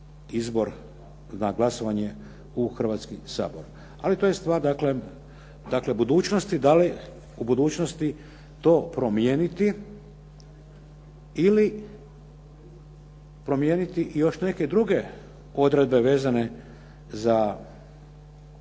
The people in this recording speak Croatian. izbor na glasovanje u Hrvatski sabor. Ali to je stvar dakle budućnosti da li u budućnosti to promijeniti ili promijeniti još i neke druge odredbe vezane za izbor